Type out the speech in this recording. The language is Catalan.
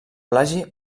plagi